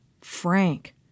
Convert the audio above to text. Frank